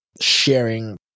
sharing